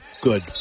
Good